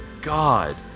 God